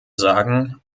sagen